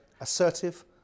assertive